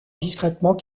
discrètement